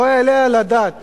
לא יעלה על הדעת